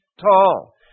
tall